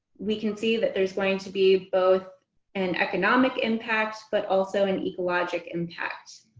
we can see that there's going to be both an economic impact, but also an ecologic impact.